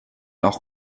auch